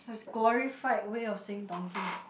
it's a glorified way of saying donkey